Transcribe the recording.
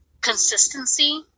consistency